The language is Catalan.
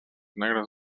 negres